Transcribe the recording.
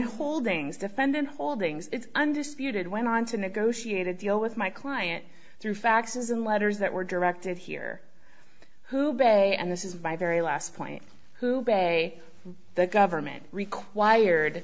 holdings defendant holdings undisputed went on to negotiate a deal with my client through faxes and letters that were directed here who bay and this is my very last point who pay the government required